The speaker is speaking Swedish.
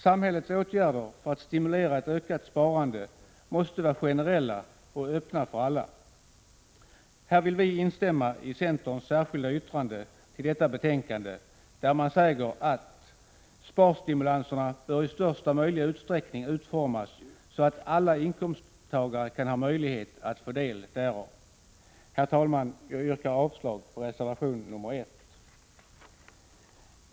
Samhällets åtgärder för att stimulera ett ökat sparande måste vara generella och öppna för alla. Här kan vi instämma i centerns särskilda yttrande till detta betänkande, där man säger: ”Sparstimulanserna bör i största möjliga utsträckning utformas så att alla inkomsttagare kan ha möjlighet att få del därav.” Herr talman! Jag yrkar avslag på reservation nr 1.